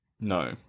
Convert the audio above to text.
No